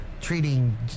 treating